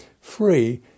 free